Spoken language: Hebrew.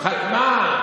חתמה.